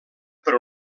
per